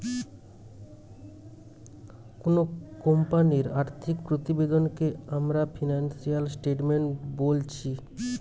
কুনো কোম্পানির আর্থিক প্রতিবেদনকে আমরা ফিনান্সিয়াল স্টেটমেন্ট বোলছি